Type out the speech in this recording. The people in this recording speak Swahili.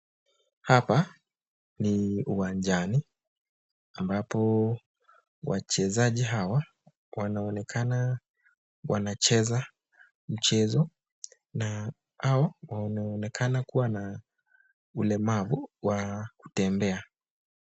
Hapa ni uwanjani ambapo wachezaji hawa wanaonekana wanacheza mchezo na hao wanaonekana kuwa na ulemavu wa kutembea.